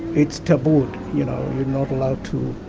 it's tabooed, you know, you're not allowed to,